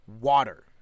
Water